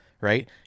right